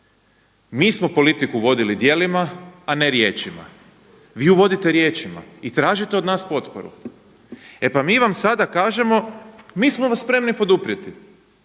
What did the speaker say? Mi smo politiku vodili djelima a ne riječima. Vi ju vodite riječima i tražite od nas potporu. E pa mi vam sada kažemo, mi smo vas spremni poduprijeti.